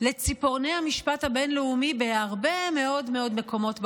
לציפורני המשפט הבין-לאומי בהרבה מאוד מאוד מקומות בעולם.